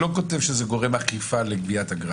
צריך לכתוב שזה גורם אכיפה לגביית האגרה.